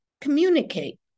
Communicate